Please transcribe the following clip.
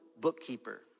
bookkeeper